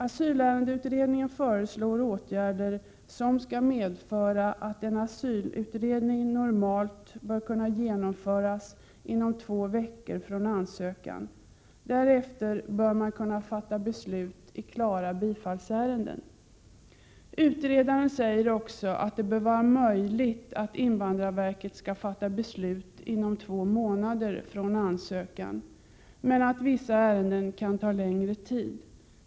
Asylärendeutredningen föreslår åtgärder som skall medföra att en asylutredning normalt bör kunna genomföras inom två veckor från ansökan. Därefter bör beslut kunna fattas i klara bifallsärenden. Utredaren säger också att det bör vara möjligt att invandrarverket fattar beslut inom två månader från ansökan medan vissa ärenden kan ta längre tid.